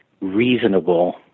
reasonable